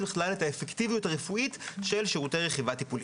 האפקטיביות הרפואית של שירותי רכיבה טיפולית.